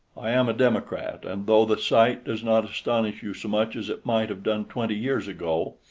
i am a democrat, and though the sight does not astonish you so much as it might have done twenty years ago,